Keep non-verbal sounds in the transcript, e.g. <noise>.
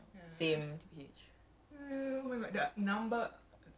<laughs> your true colours are showing your true colours are showing